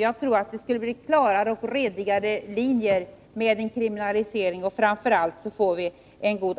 Jag tror att det skulle bli klarare och redigare linjer med en kriminalisering. Framför allt skulle vi få